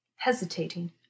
hesitating